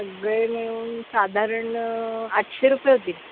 सगळे मिळून साधारण आठशे रुपये होतील